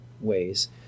ways